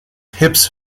hips